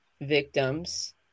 victims